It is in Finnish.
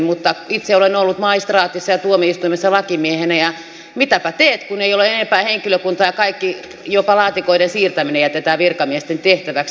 mutta itse olen ollut maistraatissa ja tuomioistuimessa lakimiehenä ja mitäpä teet kun ei ole enempää henkilökuntaa ja kaikki jopa laatikoiden siirtäminen jätetään virkamiesten tehtäväksi